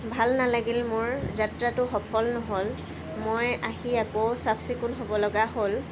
ভাল নালাগিল মোৰ যাত্ৰাটো সফল নহ'ল মই আহি আকৌ চাফ চিকুণ হ'ব লগা হ'ল